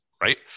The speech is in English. right